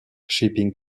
shipping